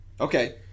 Okay